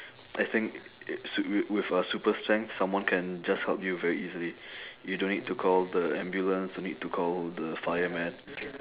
I think s~ wi~ wi~ with uh super strength someone can just help you very easily you don't need to call the ambulance don't need to call the firemen